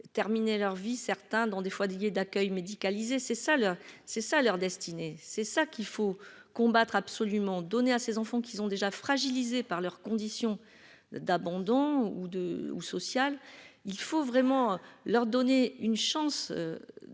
terminer leur vie, certains dans des fois Didier d'accueil médicalisé, c'est ça le c'est ça leur destinée, c'est ça qu'il faut combattre absolument donner à ses enfants, qui ont déjà fragilisés par leurs conditions d'abandon ou de ou sociale, il faut vraiment leur donner une chance